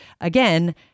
again